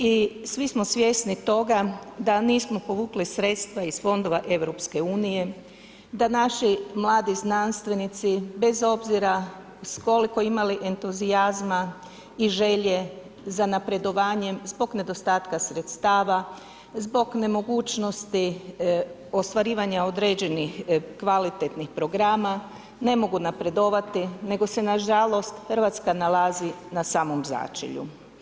I svi smo svjesni toga da nismo povukli sredstva iz fondova EU, da naši mladi znanstvenici bez obzira koliko imali entuzijazma i želje za napredovanjem zbog nedostatka sredstava, zbog nemogućnosti ostvarivanja određenih kvalitetnih programa, ne mogu napredovati nego se nažalost Hrvatska nalazi na samom začelju.